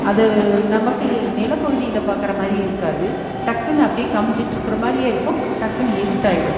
அது நமக்கு நிலப்பகுதியில பார்க்கற மாதிரி இருக்காது டக்குன்னு அப்படியே கம்ஜூட்ருக்கிற மாதிரியே இருக்கும் டக்குன்னு இருட்டாயிடும்